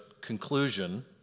conclusion